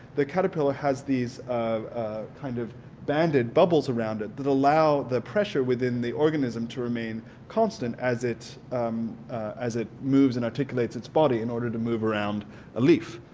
the caterpillar has these kind of banded bubbles around it that allow the pressure within the organism to remain constant as it as it moves and articulates its body in order to move around a leaf.